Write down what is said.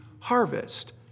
harvest